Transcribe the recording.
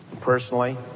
Personally